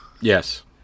Yes